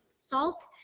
salt